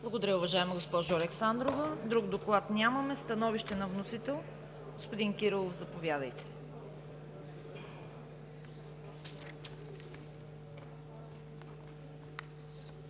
Благодаря, уважаема госпожо Александрова. Друг доклад нямаме. Становище на вносител? Господин Кирилов, заповядайте.